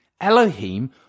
Elohim